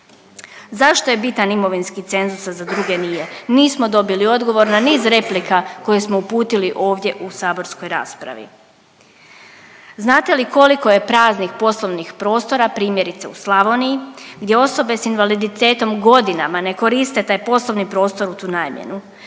Zašto je bitan imovinski cenzus a za druge nije? Nismo dobili odgovor na niz replika koje smo uputili ovdje u saborskoj raspravi. Znate li koliko je praznih poslovnih prostora primjerice u Slavoniji, gdje osobe sa invaliditetom godinama ne koriste taj poslovni prostor u tu namjenu